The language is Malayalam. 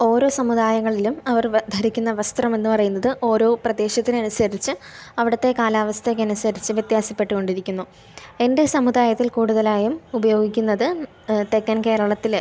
ഓരോ സമുദായങ്ങളിലും അവർ ധരിക്കുന്ന വസ്ത്രം എന്ന് പറയുന്നത് ഓരോ പ്രദേശത്തിനനുസരിച്ച് അവിടുത്തെ കാലാവസ്ഥക്കനുസരിച്ച് വ്യത്യാസപ്പെട്ട് കൊണ്ടിരിക്കുന്നു എൻ്റെ സമുദായത്തിൽ കൂടുതലായും ഉപയോഗിക്കുന്നത് തെക്കൻ കേരളത്തിലെ